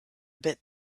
bit